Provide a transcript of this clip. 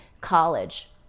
college